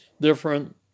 different